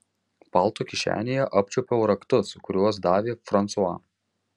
palto kišenėje apčiuopiau raktus kuriuos davė fransua